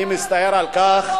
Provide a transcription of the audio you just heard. אני מצטער על כך,